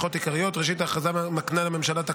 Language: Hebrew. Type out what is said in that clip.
התקבלה.